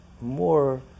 more